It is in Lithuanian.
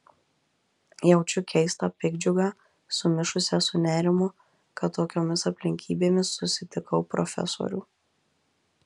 jaučiu keistą piktdžiugą sumišusią su nerimu kad tokiomis aplinkybėmis susitikau profesorių